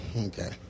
okay